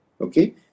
Okay